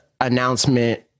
announcement